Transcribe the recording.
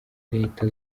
leta